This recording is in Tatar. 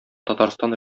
татарстан